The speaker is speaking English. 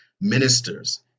ministers